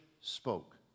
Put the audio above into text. spoke